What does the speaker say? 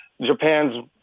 Japan's